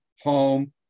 home